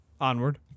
Onward